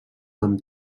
amb